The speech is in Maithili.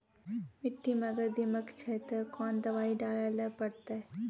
मिट्टी मे अगर दीमक छै ते कोंन दवाई डाले ले परतय?